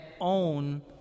own